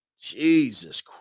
Jesus